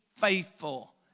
faithful